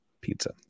Pizza